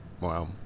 Wow